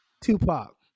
Tupac